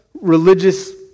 religious